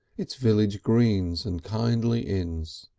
its village greens and kindly inns.